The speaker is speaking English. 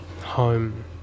home